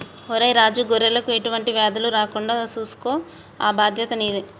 ఒరై రాజు గొర్రెలకు ఎటువంటి వ్యాధులు రాకుండా సూసుకో ఆ బాధ్యత నీదే